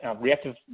reactive